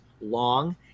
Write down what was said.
long